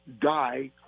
die